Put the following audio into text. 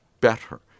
better